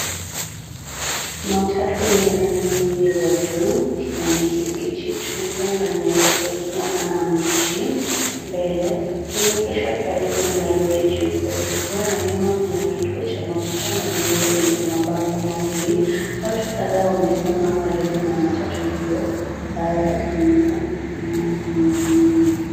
Matatu yenye rangi nyingi za buluu, kijani kibichi, chungwa na nyeupe ikiwa na maandishi mbele, imeegeshwa karibu na lori jeupe kubwa na nyuma kuna kituo cha mafuta na jengo lenye mabango mawili. Watu kadhaa wamesimama karibu matatu hioo. Barabara inaonekana kuwa na unyevu unyevu.